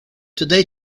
today